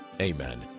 Amen